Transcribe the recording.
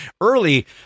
early